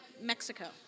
Mexico